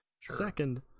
Second